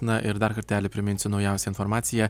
na ir dar kartelį priminsiu naujausią informaciją